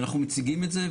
אנחנו מציגים את זה,